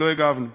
ולא הגבנו.